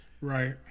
Right